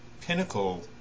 pinnacle